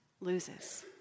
loses